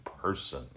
person